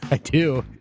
i do.